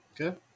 Okay